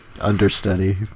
Understudy